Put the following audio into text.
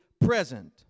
present